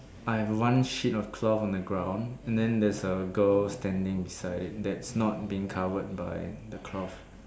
I have one sheet of cloth on the ground and then there's a girl standing beside it that's not being covered by the cloth